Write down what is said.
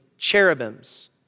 cherubims